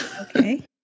Okay